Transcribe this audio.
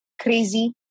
crazy